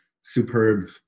superb